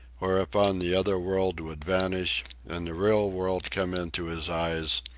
whereupon the other world would vanish and the real world come into his eyes,